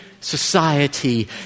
society